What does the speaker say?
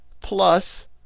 plus